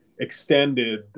extended